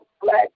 black